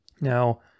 Now